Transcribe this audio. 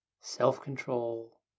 self-control